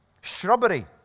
Shrubbery